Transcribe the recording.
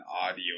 audio